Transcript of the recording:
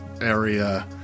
area